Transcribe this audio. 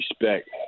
respect